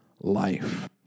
life